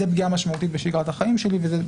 זו פגיעה משמעותית בשגרת החיים שלי.